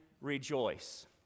rejoice